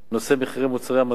נושא מחירי מוצרי המזון,